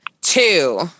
two